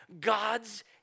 God's